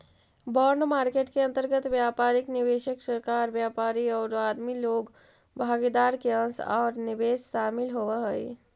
bond market के अंतर्गत व्यापारिक निवेशक, सरकार, व्यापारी औउर आदमी लोग भागीदार के अंश औउर निवेश शामिल होवऽ हई